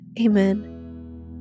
Amen